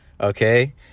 okay